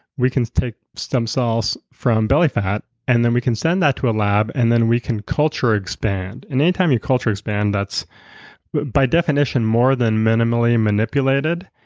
we can take stem cells from belly fat and then we can send that to a lab and then we can culture expand. and any time you culture expand that's but by definition more than minimally manipulated.